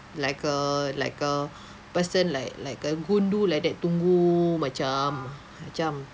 like a like a person like like a gundu like that tunggu macam macam